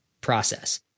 process